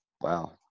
Wow